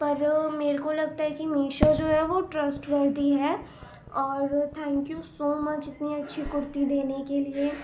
پر میرے کو لگتا ہے کہ میشو جو ہے وہ ٹرسٹ وردی ہے اور تھینک یو سو مچ اتنی اچھی کرتی دینے کے لیے